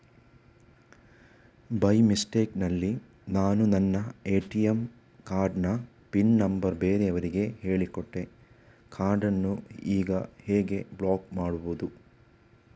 By mistake ನಲ್ಲಿ ನಾನು ನನ್ನ ಎ.ಟಿ.ಎಂ ಕಾರ್ಡ್ ನ ಪಿನ್ ನಂಬರ್ ಬೇರೆಯವರಿಗೆ ಹೇಳಿಕೊಟ್ಟೆ ಕಾರ್ಡನ್ನು ಈಗ ಹೇಗೆ ಬ್ಲಾಕ್ ಮಾಡುವುದು?